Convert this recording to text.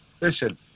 Listen